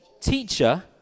teacher